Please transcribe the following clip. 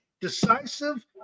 decisive